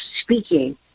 speaking